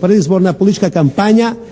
predizborna politička kampanja